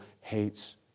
hates